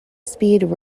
speed